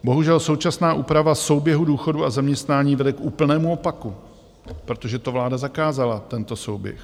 Bohužel současná úprava souběhu důchodu a zaměstnání vede k úplnému opaku, protože to vláda zakázala, tento souběh.